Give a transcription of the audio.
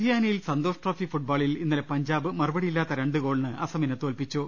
ലുധിയാനയിൽ Santosh trophy ഫുട്ബോളിൽ ഇന്നലെ പഞ്ചാബ് മറു പടിയില്ലാത്ത രണ്ട് ഗോളിന് അസമിനെ തോൽപ്പിച്ചു